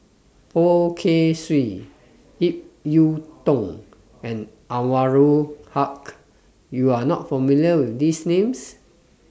Poh Kay Swee Ip Yiu Tung and Anwarul Haque YOU Are not familiar with These Names